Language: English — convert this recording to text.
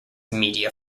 media